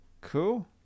cool